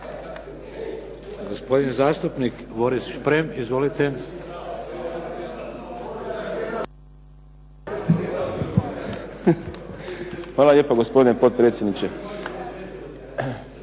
Hvala lijepo gospodine potpredsjedniče.